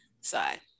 side